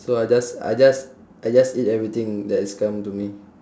so I just I just I just eat everything that is come to me